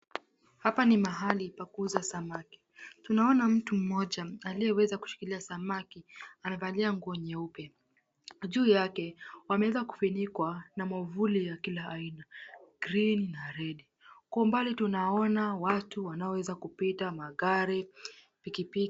Hapa ni mahali pakuuza samaki, tunaona mtu mmoja aliyeweza kushikilia samaki amevalia nguo nyeupe, juu yake wameweza kufunikwa na mwavuli wa kila aina green na red , kwa umbali tunaona watu wanaoweza kupita, magari, pikipiki.